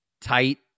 tight